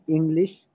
English